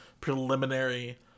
preliminary